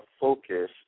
focus